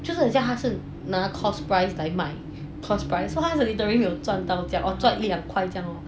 就是很像他拿 cost price 来卖 cost price so 他 literally 没有赚到赚到一两块这样